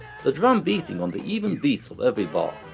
the drum beating on the even beats of every bar.